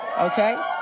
Okay